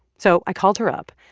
so i called her up,